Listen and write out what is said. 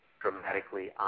dramatically